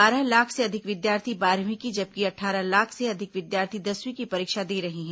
बारह लाख से अधिक विद्यार्थी बारहवीं की जबकि अट्ठारह लाख से अधिक विद्यार्थी दसवीं की परीक्षा दे रहे हैं